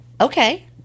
Okay